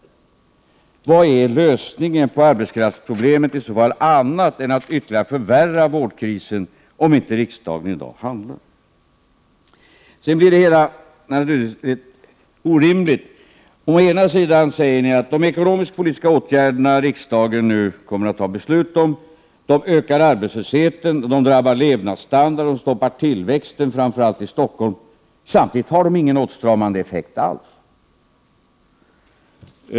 Vad är lösningen på arbetskraftsproblemet i så fall, annat än att ytterligare förvärra vårdkrisen, om inte riksdagen i dag handlar? Sedan blir det hela naturligtvis orimligt. Ni säger att de ekonomiskpolitiska åtgärder som riksdagen nu kommer att fatta beslut om ökar arbetslösheten, drabbar levnadsstandarden, stoppar tillväxten framför allt i Stockholm — och samtidigt har de ingen åtstramande effekt alls.